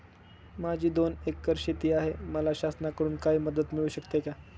माझी दोन एकर शेती आहे, मला शासनाकडून काही मदत मिळू शकते का?